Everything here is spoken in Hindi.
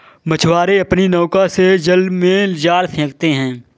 मछुआरे अपनी नौका से जल में जाल फेंकते हैं